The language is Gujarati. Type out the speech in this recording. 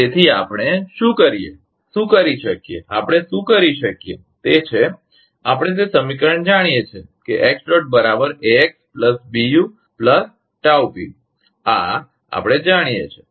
તેથી આપણે શું કરી શકીએ આપણે શું કરી શકીએ તે છે આપણે તે સમીકરણ જાણીએ છીએ કે Ẋ AX BU ᒥp આ આપણે જાણીએ છીએ